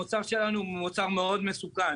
המוצר שלנו הוא מוצר מאוד מסוכן,